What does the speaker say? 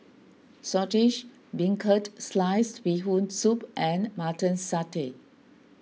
Saltish Beancurd Sliced Bee Hoon Soup and Mutton Satay